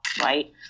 right